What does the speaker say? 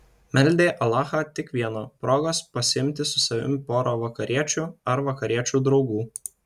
meldė alachą tik vieno progos pasiimti su savimi porą vakariečių ar vakariečių draugų